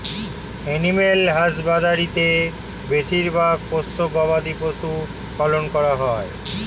animal husbandry তে বেশিরভাগ পোষ্য গবাদি পশু পালন করা হয়